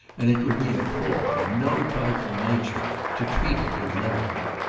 and it would be a fault of no trifling nature to treat it with levity.